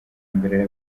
mbere